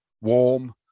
warm